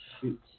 shoot